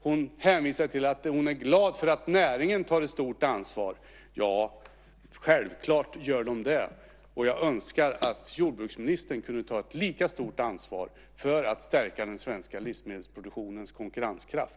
Hon hänvisar till att hon är glad för att näringen tar ett stort ansvar. Ja, självklart gör den det. Jag önskar att jordbruksministern kunde ta ett lika stort ansvar för att stärka den svenska livsmedelsproduktionens konkurrenskraft.